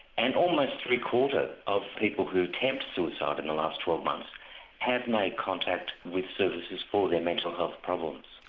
and almost three quarters of people who attempt suicide in the last twelve months have made contact with services for their mental health problems.